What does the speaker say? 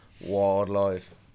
wildlife